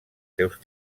seus